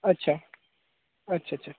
अच्छा अच्छा अच्छा